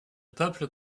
peuple